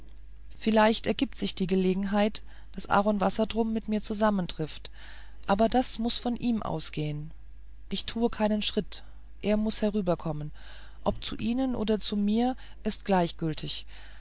vielleicht ergibt sich die gelegenheit daß aaron wassertrum mit mir zusammentrifft aber das muß dann von ihm ausgehen ich tue keinen schritt er muß herüberkommen ob zu ihnen oder zu mir ist gleichgültig